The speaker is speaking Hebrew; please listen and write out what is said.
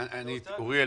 אוריאל,